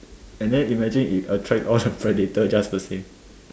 and then imagine if attract all the predator just the same